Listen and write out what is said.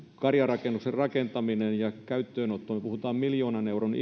karjarakennuksen rakentamisessa ja käyttöönotossa puhutaan miljoonan euron